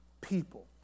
people